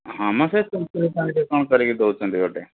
ହଁ ମ ସେ ତେନ୍ତୁଳି ପାଣିରେ କ'ଣ କରିକି ଦେଉଛନ୍ତି ଗୋଟେ